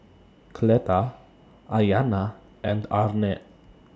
Cleta Ayana and Arne